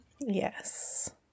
Yes